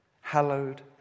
hallowed